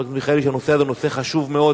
חבר הכנסת מיכאלי, שהנושא הזה הוא נושא חשוב מאוד.